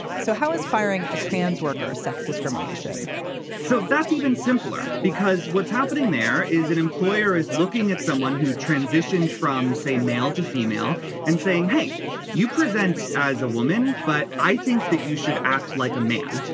so how is firing a trans worker sex sex discrimination so that's even simpler because what's happening there is an employer is looking at someone who transitioned from say male to female and saying hey you present as a woman. but i think that you should act like a man.